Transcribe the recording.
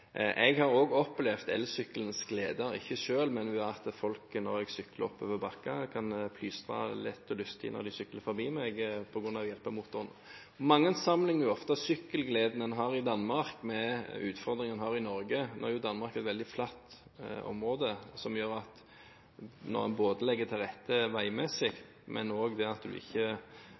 Jeg har også opplevd elsykkelens gleder, ikke selv, men ved at folk – når jeg sykler oppover bakker – kan plystre lett og lystig når de sykler forbi meg på grunn av hjelpemotoren. Mange sammenligner ofte sykkelgleden en har i Danmark, med utfordringene en har i Norge. Nå er jo Danmark et veldig flatt område. Det – i tillegg til at en legger til rette veimessig og også det at en ikke